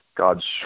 God's